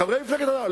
חברי מפלגת העבודה,